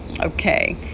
okay